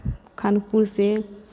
खानपुर सँ